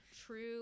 true